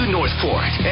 Northport